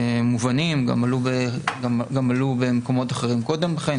מובנים, גם עלו במקומות אחרים קודם לכן.